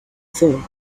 phone